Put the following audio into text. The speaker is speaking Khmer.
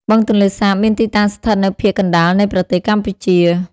បឹងទន្លេសាបមានទីតាំងស្ថិតនៅភាគកណ្តាលនៃប្រទេសកម្ពុជា។